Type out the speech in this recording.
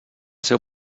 seu